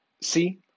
See